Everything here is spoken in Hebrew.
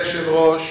אדוני היושב-ראש,